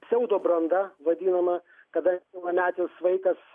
pseudo branda vadinama kada nepilnametis vaikas